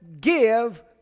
Give